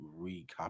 recopy